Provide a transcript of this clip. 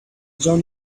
join